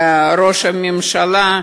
ראש הממשלה,